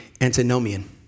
antinomian